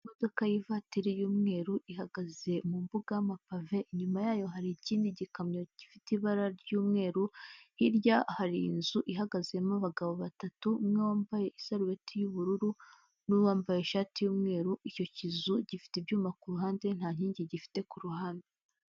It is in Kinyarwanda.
Imodoka y'ivatiri y'umweru ihagaze mu mbuga y'amapave, inyuma yayo hari ikindi gikamyo gifite ibara ry'umweru, hirya hari inzu ihagazemo abagabo batatu, umwe wambaye isarubeti y'ubururu n'uwambaye ishati y'umweru, icyo kizu gifite ibyuma ku ruhande nta nkingi gifite ku ruhande.